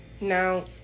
Now